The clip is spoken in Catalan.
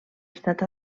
estat